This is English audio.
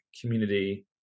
community